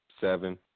seven